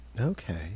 Okay